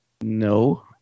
no